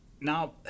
Now –